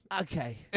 Okay